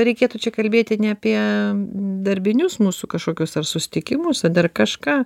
reikėtų čia kalbėti ne apie darbinius mūsų kažkokius ar susitikimusar dar kažką